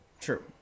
True